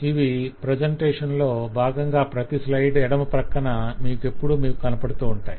ఇవి ప్రసెంటేషన్ లో బాగంగా ప్రతి స్లయిడ్ ఎడమ ప్రక్కన ఎప్పుడూ మీకు కనపడుతూ ఉంటాయి